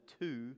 two